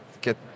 get